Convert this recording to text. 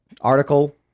article